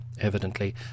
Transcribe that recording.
Evidently